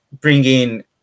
bringing